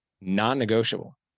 non-negotiable